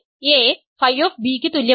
അതുപോലെ a Φ യ്ക്ക് തുല്യമാണ്